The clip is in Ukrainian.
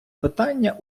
питання